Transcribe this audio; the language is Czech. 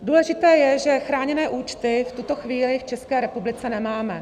Důležité je, že chráněné účty v tuto chvíli v České republice nemáme.